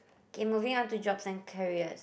okay moving on to jobs and careers